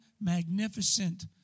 magnificent